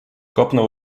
kopnął